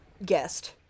guest